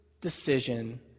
decision